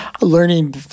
learning